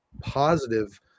positive